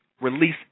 Release